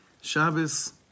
Shabbos